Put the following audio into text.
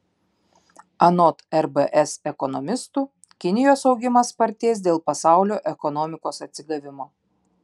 anot rbs ekonomistų kinijos augimas spartės dėl pasaulio ekonomikos atsigavimo